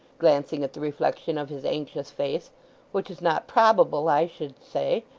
glancing at the reflection of his anxious face which is not probable, i should say